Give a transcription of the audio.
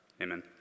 Amen